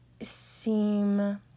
seem